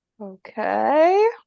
Okay